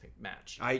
match